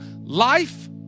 life